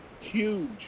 Huge